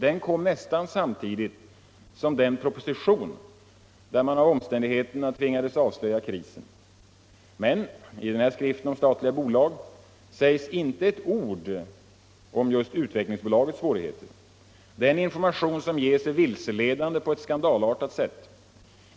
Den kom nästan samtidigt som den proposition där industriministern av omständigheterna tvingades avslöja krisen. Men i skriften om Statliga företag sägs inte ett ord om Utvecklingsbolagets svårigheter. Den information som ges är vilseledande på ett skandalartat sätt.